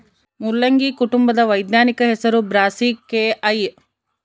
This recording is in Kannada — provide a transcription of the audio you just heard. ಮುಲ್ಲಂಗಿ ಕುಟುಂಬದ ವೈಜ್ಞಾನಿಕ ಹೆಸರು ಬ್ರಾಸಿಕೆಐ